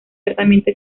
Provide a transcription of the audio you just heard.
tratamiento